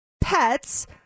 pets